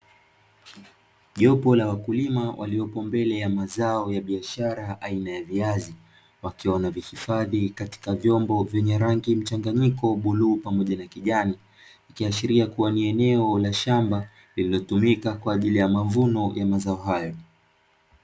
Jopo la wakulima waliopo mbele ya mazao ya biashara, aina ya viazi, wakiwa wanavihifadhi katika vyombo vyenye rangi mchanganyiko bluu pamoja na kijani. Likiashiria kuwa ni eneo la shamba, lililotumika kwa ajili ya mavuno ya mazao hayo.